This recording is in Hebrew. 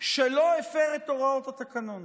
שלא הפר את הוראות התקנון,